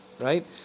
right